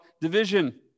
division